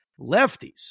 lefties